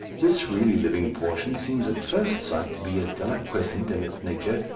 this really living portion seems at first sight to be as deliquescent in its nature,